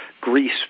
Greece